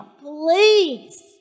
please